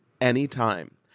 anytime